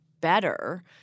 better